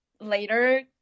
later